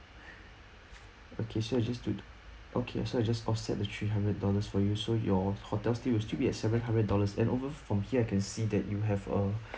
okay so I'll just do okay so I just offset the three hundred dollars for you so your hotel stay will still be seven hundred dollars and over from here I can see that you have uh